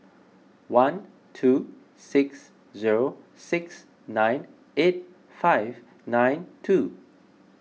one two six zero six nine eight five nine two